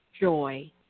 joy